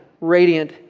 radiant